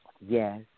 Yes